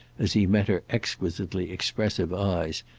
as he met her exquisitely expressive eyes,